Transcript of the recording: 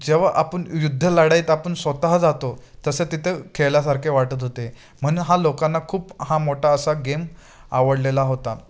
जेव्हा आपण युद्ध लडाईत आपण स्वतः जातो तसं तिथं खेळल्यासारखे वाटत होते म्हणुन हा लोकांना खूप हा मोठा असा गेम आवडलेला होता